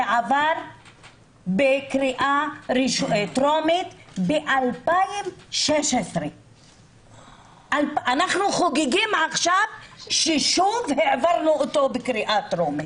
זה עבר בקריאה טרומית בשנת 2016. שלשום העברנו אותו בקריאה טרומית.